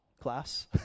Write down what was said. class